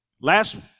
last